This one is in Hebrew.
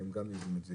שהם גם יודעים את זה,